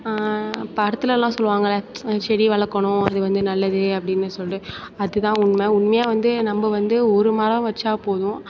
படத்திலல்லாம் சொல்வாங்கல்ல செடி வளர்க்கணும் அது வந்து நல்லது அப்படீன்னு சொல்லிட்டு அதுதான் உண்மை உண்மையாக வந்து நம்ம வந்து ஒரு மரம் வைச்சா போதும்